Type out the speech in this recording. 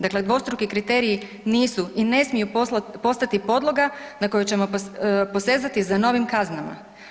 Dakle, dvostruki kriteriji nisu i ne smiju postati podloga na koju ćemo posezati za novim kaznama.